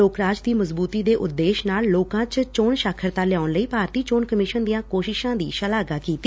ਲੋਕਰਾਜ ਦੀ ਮਜਬੂਤੀ ਦੇ ਉਦੇਸ਼ ਨਾਲ ਲੋਕਾਂ ਚ ਚੋਣ ਸਾਖ਼ਰਤਾ ਲਿਆਉਣ ਲਈ ਭਾਰਤੀ ਚੋਣ ਕਮਿਸ਼ਨ ਦੀਆਂ ਕੋਸ਼ਿਸ਼ਾਂ ਦੀ ਸ਼ਲਾਘਾ ਕੀਤੀ